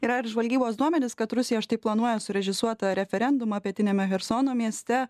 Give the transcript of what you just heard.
yra ir žvalgybos duomenys kad rusija štai planuoja surežisuotą referendumą pietiniame chersono mieste